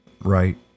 Right